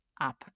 up